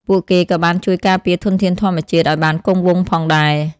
ពួកគេក៏បានជួយការពារធនធានធម្មជាតិឱ្យបានគង់វង្សផងដែរ។